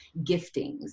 giftings